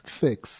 fix